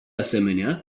asemenea